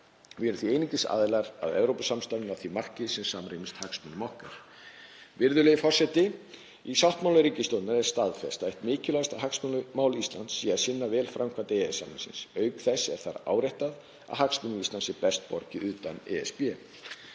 Við erum því einungis aðilar að Evrópusamstarfinu að því marki sem samrýmist hagsmunum okkar. Virðulegi forseti. Í sáttmála ríkisstjórnarinnar er staðfest að eitt mikilvægasta hagsmunamál Íslands sé að sinna vel framkvæmd EES-samningsins. Auk þess er þar áréttað að hagsmunum Íslands sé best borgið utan ESB.